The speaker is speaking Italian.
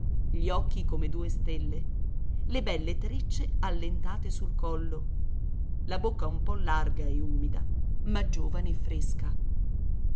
gli occhi come due stelle le belle trecce allentate sul collo la bocca un po larga e tumida ma giovane e fresca